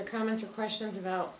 their comments or questions about